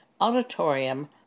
auditorium